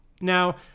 Now